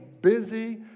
busy